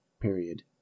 Period